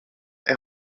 est